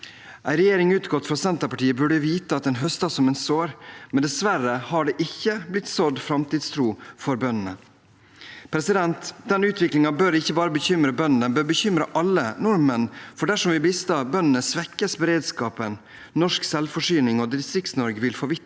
En regjering utgått fra Senterpartiet burde vite at en høster som en sår, men dessverre har det ikke blitt sådd framtidstro for bøndene. Denne utviklingen bør ikke bare bekymre bøndene, den bør bekymre alle nordmenn, for dersom vi mister bøndene, svekkes beredskapen. Norsk selvforsyning og Distrikts-Norge vil forvitre